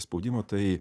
spaudimo tai